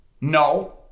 no